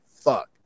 fuck